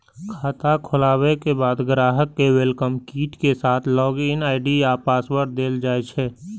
खाता खोलाबे के बाद ग्राहक कें वेलकम किट के साथ लॉग इन आई.डी आ पासवर्ड देल जाइ छै